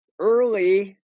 Early